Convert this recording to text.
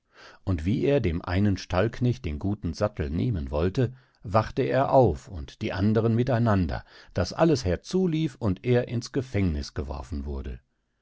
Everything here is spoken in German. und wie er dem einen stallknecht den guten sattel nehmen wollte wachte er auf und die andern miteinander daß alles herzulief und er ins gefängniß geworfen wurde